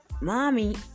mommy